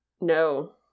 No